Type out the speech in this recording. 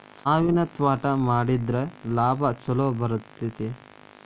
ಮಾವಿನ ತ್ವಾಟಾ ಮಾಡಿದ್ರ ಲಾಭಾ ಛಲೋ ಬರ್ತೈತಿ